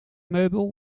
meubel